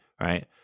right